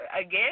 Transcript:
Again